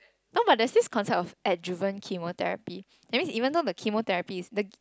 no but that's this concept of ad driven chemotherapy that means even though the chemotherapy is the